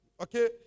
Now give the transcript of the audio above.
Okay